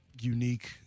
unique